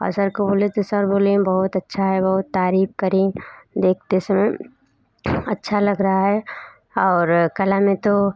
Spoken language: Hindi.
और सर को बोले तो सर बोले बहुत अच्छा है बहुत तारीफ करी देखते समय अच्छा लग रहा है और कला में तो